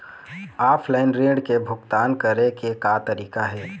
Offline ऋण के भुगतान करे के का तरीका हे?